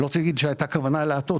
אני לא רוצה להגיד שהייתה כוונה להטעות,